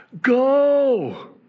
go